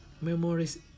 memories